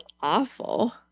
awful